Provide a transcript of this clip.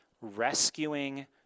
rescuing